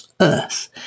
earth